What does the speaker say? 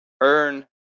earn